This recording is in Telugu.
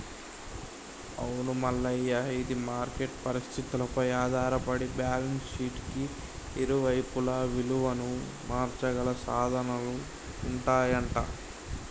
అవును మల్లయ్య ఇది మార్కెట్ పరిస్థితులపై ఆధారపడి బ్యాలెన్స్ షీట్ కి ఇరువైపులా విలువను మార్చగల సాధనాలు ఉంటాయంట